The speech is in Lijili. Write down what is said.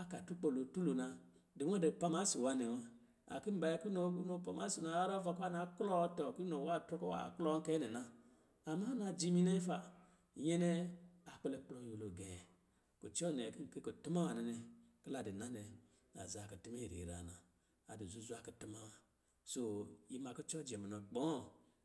aka turkpɔ lo tulo na, dumu dɛ pama isi nwanɛ wa. A ki baya ki nɔ nɔ pama isi yarrɔ ava ka na klɔ tɔ, ki nɔ wa trɔ kɔ̄ wa klɔ kɛ nɛ na. Amma najimi nɛ fa, nyɛ nɛ a kpɛlɛ kplɔ nyɛlo gɛ̄. kucɔ nɛ, kin ki kutu ma nwanɛ nɛ, ki la di nanɛ, aza kutuma iriraa na, a du zuzwa kutuma wa. Soo ima kucɔ jɛ munɔ kpɔ̄ɔ̄.